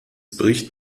bricht